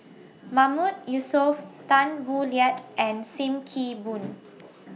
Mahmood Yusof Tan Boo Liat and SIM Kee Boon